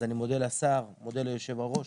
אז אני מודה לשר ומודה ליו"ר.